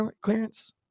clearance